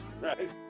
Right